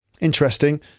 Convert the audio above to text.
interesting